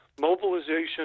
mobilization